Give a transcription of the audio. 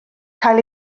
cael